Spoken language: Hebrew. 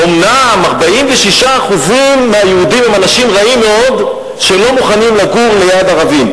אומנם 46% מהיהודים הם אנשים רעים מאוד שלא מוכנים לגור ליד ערבים,